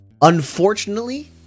Unfortunately